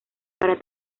para